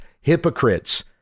hypocrites